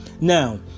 Now